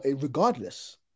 Regardless